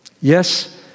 Yes